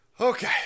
Okay